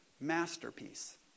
masterpiece